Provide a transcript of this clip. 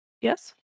Yes